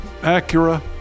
Acura